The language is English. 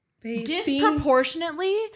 disproportionately